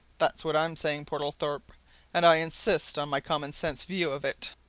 that's what i'm saying, portlethorpe and i insist on my common-sense view of it!